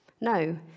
No